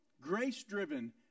grace-driven